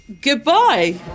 goodbye